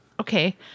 Okay